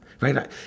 Right